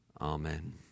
Amen